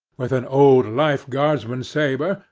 with an old life-guardsman's sabre,